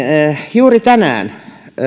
juuri tänään